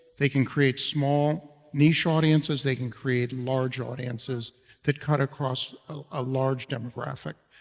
they can create small niche audiences, they can create large audiences that cut across a large demographic.